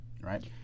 right